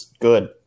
good